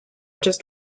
just